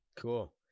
cool